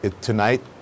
Tonight